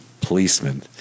policeman